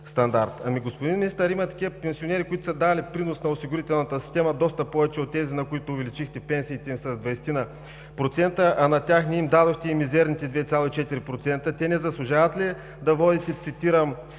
Ами, господин Министър, има такива пенсионери, които са дали принос на осигурителната система доста повече от тези, на които увеличихте пенсиите им с 20-ина процента, а на тях не им дадохте и мизерните 2,4%. Те не заслужават ли да водите, цитирам: